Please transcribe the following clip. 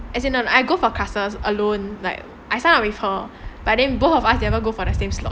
as in I go for classes alone like I sign up with her but then both of us never go for the same slot